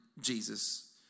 Jesus